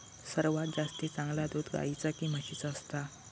सर्वात जास्ती चांगला दूध गाईचा की म्हशीचा असता?